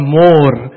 more